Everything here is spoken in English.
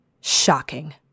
shocking